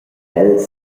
els